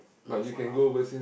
not for now